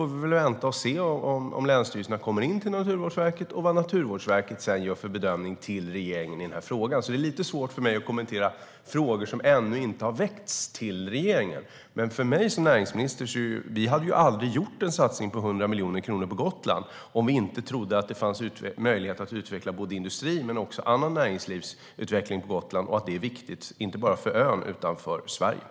Vi får vänta och se om länsstyrelserna kommer in till Naturvårdsverket och vad verket sedan gör för bedömning till regeringen i denna fråga. Det är lite svårt för mig att kommentera frågor som ännu inte har väckts till regeringen. För mig som näringsminister är det dock så att vi aldrig hade gjort en satsning på 100 miljoner kronor på Gotland om vi inte hade trott att det finns möjligheter att utveckla både industrin och annat näringsliv på Gotland och att det är viktigt, inte bara för ön utan för Sverige.